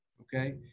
okay